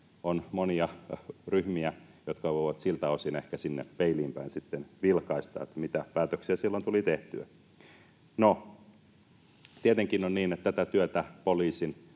on monia ryhmiä, jotka voivat siltä osin ehkä sinne peiliin päin sitten vilkaista, että mitä päätöksiä silloin tuli tehtyä. Tietenkin on niin, että tätä työtä poliisin